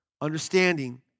Understanding